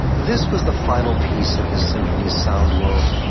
this was the final piece of his symphonies' sound world,